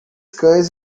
cães